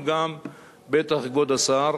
בטח כבוד השר